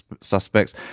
suspects